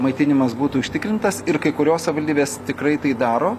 maitinimas būtų užtikrintas ir kai kurios savivaldybės tikrai tai daro